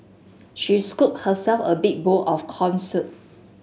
she scooped herself a big bowl of corn soup